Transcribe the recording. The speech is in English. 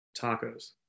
Tacos